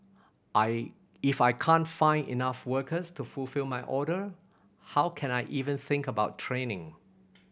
I if I can't find enough workers to fulfil my order how can I even think about training